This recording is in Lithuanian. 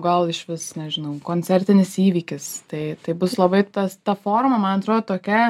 gal išvis nežinau koncertinis įvykis tai taip bus labai tas ta forma antrodo tokia